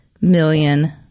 million